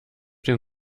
den